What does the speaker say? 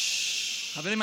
חברים,